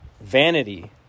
vanity